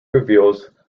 reveals